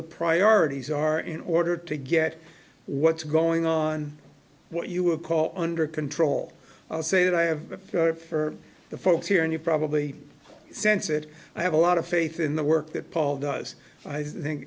the priorities are in order to get what's going on what you would call under control i'll say that i have for the folks here and you probably sense that i have a lot of faith in the work that paul does i think